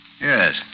Yes